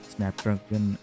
Snapdragon